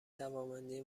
توانمندی